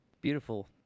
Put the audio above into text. Beautiful